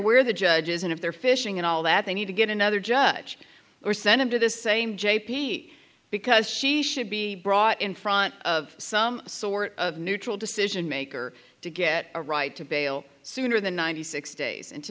where the judges and if they're fishing and all that they need to get another judge or send him to the same j p because she should be brought in front of some sort of neutral decision maker to get a right to bail sooner than ninety six days and to